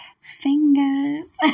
Fingers